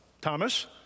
Thomas